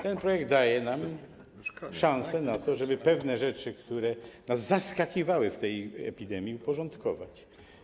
Ten projekt daje nam szansę na to, żeby pewne rzeczy, które nas zaskakiwały w tej epidemii, uporządkować.